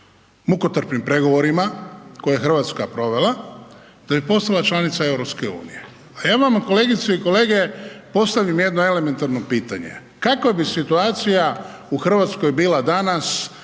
mukotrpnim pregovorima koje je Hrvatska provela da bi postala članica EU. Da ja vama kolegice i kolege postavim jedno elementarno pitanje. Kakav bi situacija u Hrvatskoj bila danas